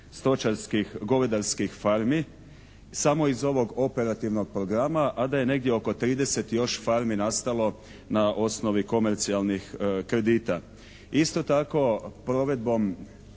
stočarskih govedarskih farmi samo iz ovog operativnog programa, a da je negdje oko 30 još farmi nastalo na osnovi komercijalnih kredita. Isto tako provedbom